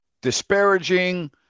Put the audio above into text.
disparaging